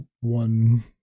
one